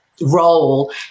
role